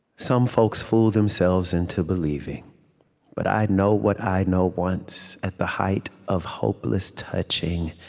some folks fool themselves into believing but i know what i know once, at the height of hopeless touching,